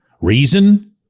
Reason